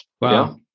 Wow